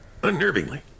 unnervingly